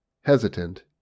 hesitant